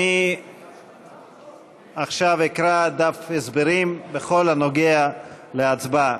אני אקרא עכשיו דף הסברים בכל הנוגע להצבעה.